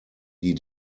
die